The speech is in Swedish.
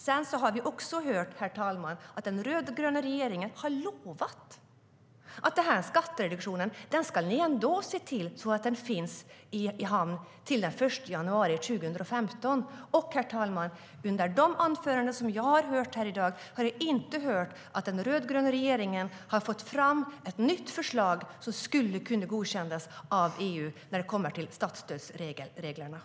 Sedan har vi också hört, herr talman, att den rödgröna regeringen har lovat att skattereduktionen ska ros i hamn till den 1 januari 2015. Under de anföranden jag har lyssnat på här i dag har jag inte hört att den rödgröna regeringen har fått fram ett nytt förslag som skulle kunna godkännas av EU i fråga om statsstödsreglerna.